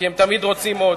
כי הם תמיד רוצים עוד,